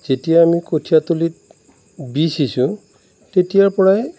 যেতিয়া আমি কঠীয়াতলিত বীজ সিচোঁ তেতিয়াৰ পৰাই